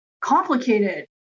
complicated